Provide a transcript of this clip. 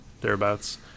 thereabouts